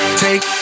take